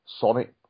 Sonic